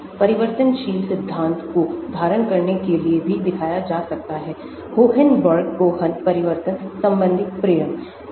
परिवर्तनशील सिद्धांत को धारण करने के लिए भी दिखाया जा सकता है होहेनबर्ग कोहन परिवर्तन संबंधी प्रमेय